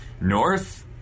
north